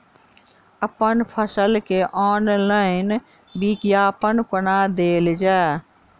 अप्पन फसल केँ ऑनलाइन विज्ञापन कोना देल जाए?